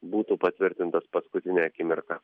būtų patvirtintas paskutinę akimirką